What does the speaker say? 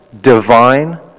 divine